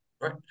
Right